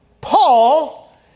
Paul